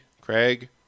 Craig